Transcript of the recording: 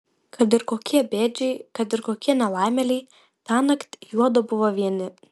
kad ir kokie bėdžiai kad ir kokie nelaimėliai tąnakt juodu buvo vieni